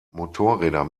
motorräder